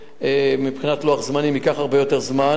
מבחינת לוח-זמנים ייקח הרבה יותר זמן.